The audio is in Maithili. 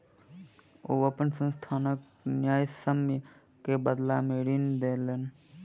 ओ अपन संस्थानक न्यायसम्य के बदला में ऋण लेलैन